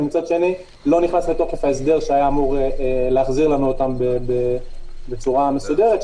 ומצד שני לא נכנס לתוקף ההסדר שהיה אמור להחזיר לנו אותן בצורה מסודרת,